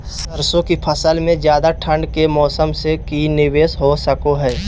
सरसों की फसल में ज्यादा ठंड के मौसम से की निवेस हो सको हय?